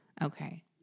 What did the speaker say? Okay